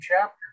chapter